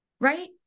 right